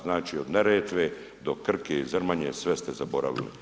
Znači od Neretve do Krke i Zrmanje sve ste zaboravili.